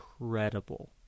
incredible